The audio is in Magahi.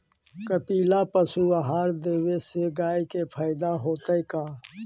कपिला पशु आहार देवे से गाय के फायदा होतै का?